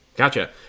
Gotcha